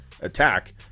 attack